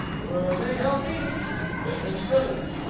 were they healthy? fit as fiddles.